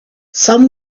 some